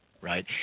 right